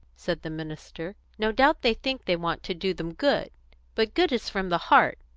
said the minister. no doubt they think they want to do them good but good is from the heart,